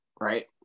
right